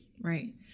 right